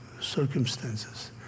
circumstances